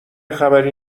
خبری